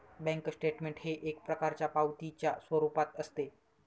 bank statement हे एक प्रकारच्या पावतीच्या स्वरूपात असते